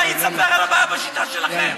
אולי היא תספר על בעיה בשיטה שלכם.